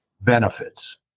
benefits